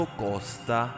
costa